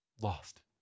lost